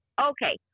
okay